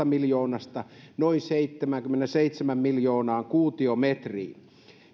miljoonasta noin seitsemäänkymmeneenseitsemään miljoonaan kuutiometriin